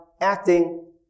acting